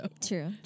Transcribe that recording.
true